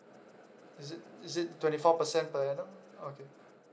is it is it twenty four percent per annum okay